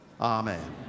Amen